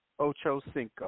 Ochocinco